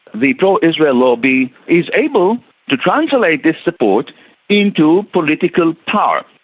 the pro-israel lobby is able to translate this support into political power.